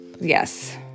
Yes